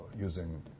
using